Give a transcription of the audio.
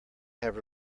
have